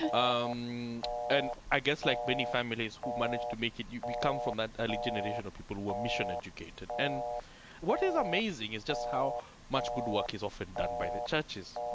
um and i guess, like many families who managed to make it, you come from that early generation of people who were mission-educated. and what is amazing is just how much good work is often done by the churches,